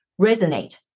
resonate